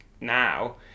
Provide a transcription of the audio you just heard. now